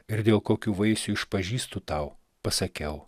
ir dėl kokių vaisių išpažįstu tau pasakiau